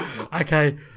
Okay